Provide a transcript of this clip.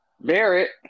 Barrett